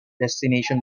destination